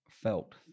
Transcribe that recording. felt